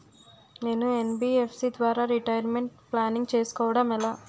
నేను యన్.బి.ఎఫ్.సి ద్వారా retirement planning చేసుకోవడం ఎలా?